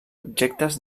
objectes